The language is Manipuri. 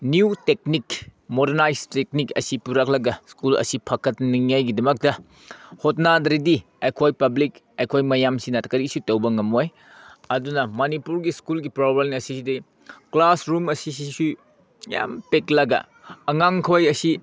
ꯅ꯭ꯌꯨ ꯇꯦꯛꯅꯤꯛ ꯃꯣꯔꯗꯅꯥꯏꯖ ꯇꯦꯛꯅꯤꯛ ꯑꯁꯤ ꯄꯨꯔꯛꯂꯒ ꯁ꯭ꯀꯨꯜ ꯑꯁꯤ ꯐꯒꯠꯅꯉꯥꯏꯒꯤꯗꯃꯛꯇ ꯍꯣꯠꯅꯗ꯭ꯔꯗꯤ ꯑꯩꯈꯣꯏ ꯄꯥꯕ꯭ꯂꯤꯛ ꯑꯩꯈꯣꯏ ꯃꯌꯥꯝꯁꯤꯅ ꯀꯔꯤꯁꯨ ꯇꯧꯕ ꯉꯝꯃꯣꯏ ꯑꯗꯨꯅ ꯃꯅꯤꯄꯨꯔꯒꯤ ꯁ꯭ꯀꯨꯜꯒꯤ ꯄ꯭ꯔꯣꯕ꯭ꯂꯦꯝ ꯑꯁꯤꯗꯤ ꯀ꯭ꯂꯥꯁꯔꯨꯝ ꯑꯁꯤꯁꯤꯁꯨ ꯌꯥꯝ ꯄꯤꯛꯂꯒ ꯑꯉꯥꯡꯈꯣꯏ ꯑꯁꯤ